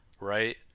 right